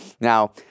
Now